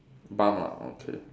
bun ah okay